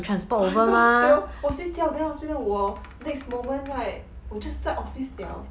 ah orh 对 lor 我睡觉 then next moment right 我就在 office liao